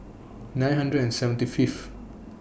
nine hundred and seventy Fifth